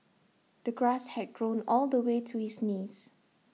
the grass had grown all the way to his knees